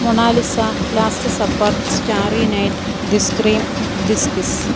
Mona Lisa last supper starry night the scream this kiss